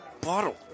Bottle